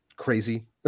crazy